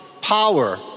power